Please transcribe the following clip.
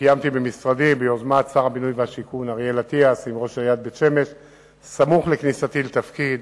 בשנים 2004 2008 אירעו 591 תאונות דרכים